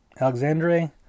Alexandre